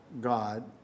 God